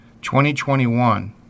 2021